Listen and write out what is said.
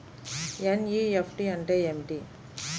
NEFT అంటే ఏమిటీ?